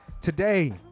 today